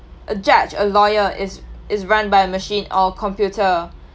a judge a lawyer is is run by a machine or computer